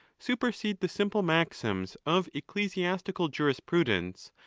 supersede the simple maxims of ecclesiastical jurisprudence,